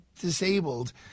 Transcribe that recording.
disabled